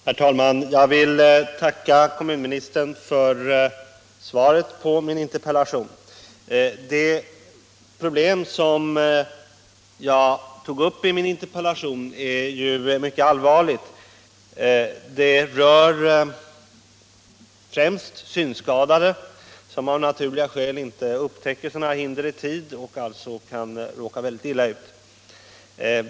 föremål på Herr talman! Jag vill tacka kommunministern för svaret på min in = trottoarer och terpellation. gångbanor Det problem som jag tog upp i interpellationen är mycket allvarligt. Det rör främst synskadade, som av naturliga skäl inte upptäcker hinder på gångbanorna i tid och alltså kan råka mycket illa ut.